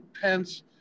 Pence